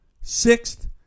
sixth